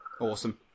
Awesome